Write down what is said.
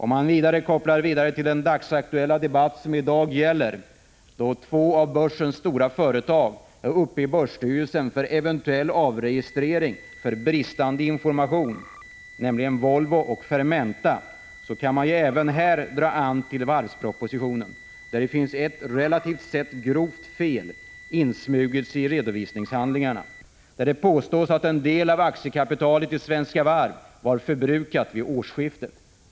Man kan koppla vidare till den dagsaktuella debatten, där två av börsens stora företag är uppe i börsstyrelsen för eventuell avregistrering för bristande information — det gäller Volvo och Fermenta. Även här kan man knyta an till varvspropositionen, där det finns ett relativt sett grovt fel insmuget i handlingarna. Det påstås att en del av aktiekapitalet i Svenska Varv var förbrukat vid årsskiftet.